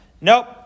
Nope